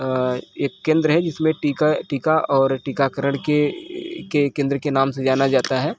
एक केंद्र है जिसमें टीका टीका और टीकाकरण के के केंद्र के नाम से जाना जाता है